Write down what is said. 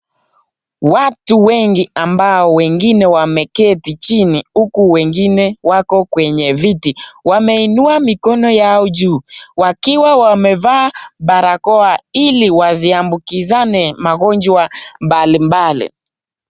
Watu wengi ambao wengine wameketi chini huku wengine wako kwenye viti. Wameinua mikono yao juu, wakiwa wamevaa barakoa ili wasiambukizane magonjwa mbalimbali.